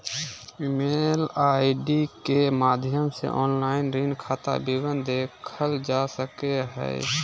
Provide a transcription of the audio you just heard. email ID के माध्यम से ऑनलाइन ऋण खाता विवरण देखल जा सको हय